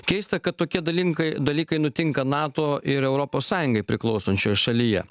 keista kad tokie dalinkai dalykai nutinka nato ir europos sąjungai priklausančioj šalyje